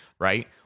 right